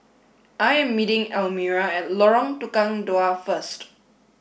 I am meeting Elmira at Lorong Tukang Dua first